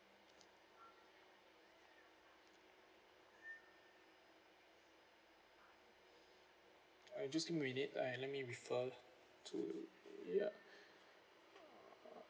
I just need a minute I let me refer to ya